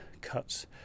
cuts